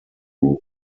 room